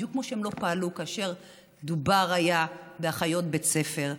בדיוק כמו שהן לא פעלו כאשר היה מדובר באחיות בית ספר.